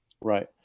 right